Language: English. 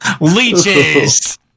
Leeches